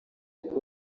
kubera